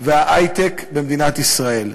וההיי-טק במדינת ישראל.